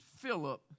Philip